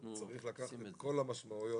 צריך לקחת את כל המשמעויות.